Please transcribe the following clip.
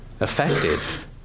effective